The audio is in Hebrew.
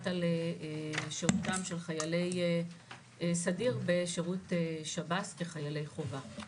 על שירותם של חיילי סדיר בשירות שב"ס כחיילי חובה.